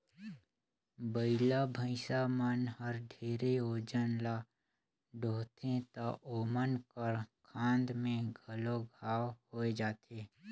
बइला, भइसा मन हर ढेरे ओजन ल डोहथें त ओमन कर खांध में घलो घांव होये जाथे